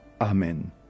Amen